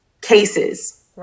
cases